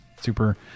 Super